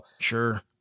Sure